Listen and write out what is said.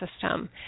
system